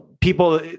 people